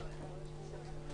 תהיו איתם בקשר,